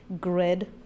grid